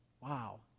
Wow